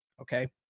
okay